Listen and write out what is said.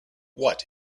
what